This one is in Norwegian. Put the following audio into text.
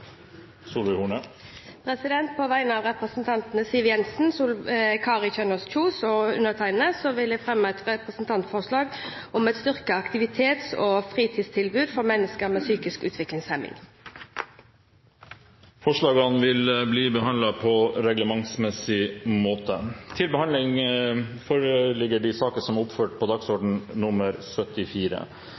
På vegne av representantene Siv Jensen, Kari Kjønaas Kjos og meg selv vil jeg fremme et representantforslag om et styrket aktivitets- og folkehelsetilbud for mennesker med psykisk utviklingshemming. Forslagene vil bli behandlet på reglementsmessig måte.